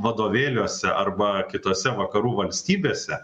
vadovėliuose arba kitose vakarų valstybėse